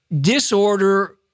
disorder